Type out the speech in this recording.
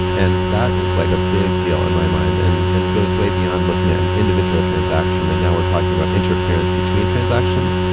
and that is like a big deal in my mind, and it and goes way beyond looking at an individual transaction. and now we're talking about interference between transactions.